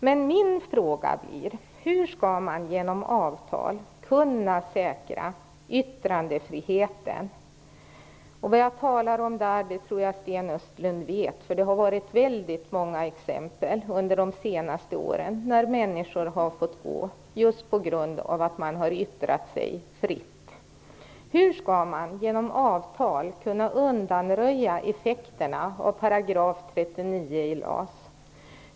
Men min fråga blir följande: Hur skall man genom avtal kunna säkra yttrandefriheten? Jag tror att Sten Östlund vet vad jag talar om. Det har funnits väldigt många exempel under de senaste åren på att människor har fått gå just på grund av att de har yttrat sig fritt. Hur skall man genom avtal kunna undanröja effekterna av 39 § i LAS?